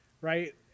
right